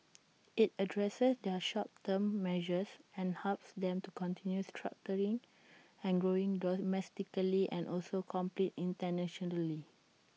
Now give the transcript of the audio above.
IT addresses their short term measures and helps them to continue structuring and growing domestically and also compete internationally